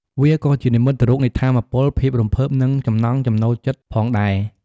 វាក៏ជានិមិត្តរូបនៃថាមពល ភាពរំភើប និងចំណង់ចំណូលចិត្តផងដែរ។